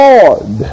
Lord